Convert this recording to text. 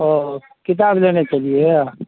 ओ किताब लेने छलियै हँ